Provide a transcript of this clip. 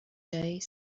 days